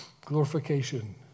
glorification